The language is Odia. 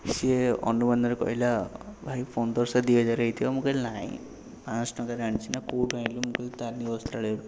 ସିଏ ଅନୁମାନରେ କହିଲା ଭାଇ ପନ୍ଦରଶହ ଦୁଇହଜାର ହେଇଥିବ ମୁଁ କହିଲି ନାଇଁ ପାଞ୍ଚଶହ ଟଙ୍କାରେ ଆଣିଛି ନାଁ କେଉଁଠୁ ଆଣିଲୁ ମୁଁ କହିଲି ତାରିଣୀ ବସ୍ତ୍ରାଳୟରୁ